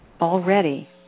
Already